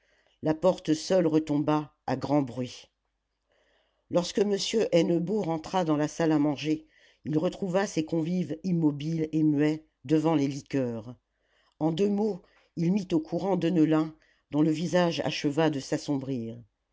la porte seule retomba à grand bruit lorsque m hennebeau rentra dans la salle à manger il retrouva ses convives immobiles et muets devant les liqueurs en deux mots il mit au courant deneulin dont le visage acheva de s'assombrir